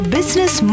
Business